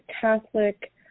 Catholic